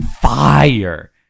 fire